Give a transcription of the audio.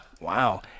Wow